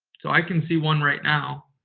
so, i can see one right now.